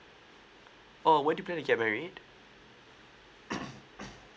oh when you plan to get married